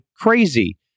crazy